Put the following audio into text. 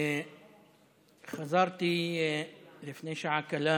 חזרתי לפני שעה קלה